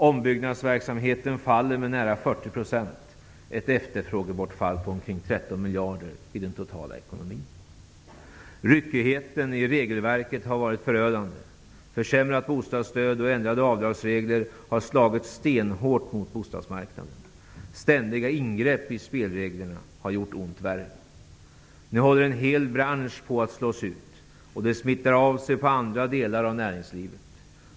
Ombyggnadsverksamheten minskar med nära 40 %-- ett efterfrågebortfall på omkring 13 miljarder i den totala ekonomin. Ryckigheten har varit förödande. Försämrat bostadsstöd och ändrade avdragsregler har slagit stenhårt mot bostadsmarknaden. Ständiga ingrepp i spelreglerna har gjort ont värre. Nu håller en hel bransch på att slås ut. Och det smittar av sig på andra delar av näringslivet.